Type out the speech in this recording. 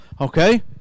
okay